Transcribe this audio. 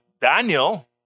Daniel